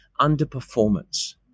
underperformance